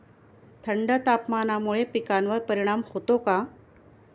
थंड तापमानामुळे पिकांवर परिणाम होतो का?